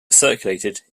circulated